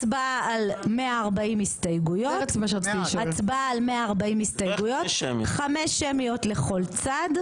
יש הצבעה על 140 הסתייגויות ו-5 הצבעות שמיות לכל צד.